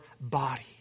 body